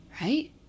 right